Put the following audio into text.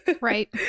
Right